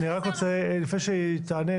אני רק רוצה לפני שהיא תענה,